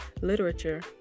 literature